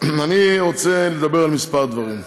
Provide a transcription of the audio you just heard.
אני רוצה לדבר על כמה דברים.